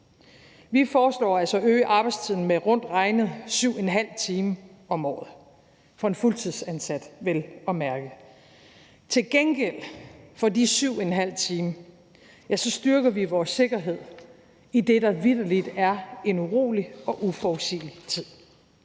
Vi foreslår altså at øge arbejdstiden med rundt regnet 7½ time om året for en fuldtidsansat, vel at mærke. Til gengæld for de 7½ time styrker vi vores sikkerhed i det, der vitterlig er en urolig og uforudsigelig tid,